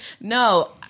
no